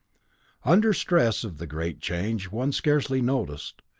under stress of the great change one scarcely noticed,